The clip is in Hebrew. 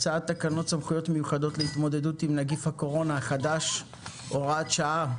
הצעת תקנות סמכויות מיוחדות להתמודדות עם נגיף הקורונה החדש (הוראת שעה)